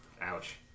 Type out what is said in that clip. Ouch